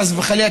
חס וחלילה,